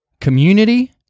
Community